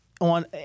on